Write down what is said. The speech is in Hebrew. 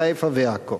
חיפה ועכו.